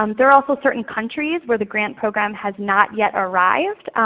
um there are also certain countries where the grant program has not yet arrived.